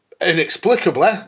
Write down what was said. inexplicably